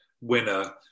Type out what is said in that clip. winner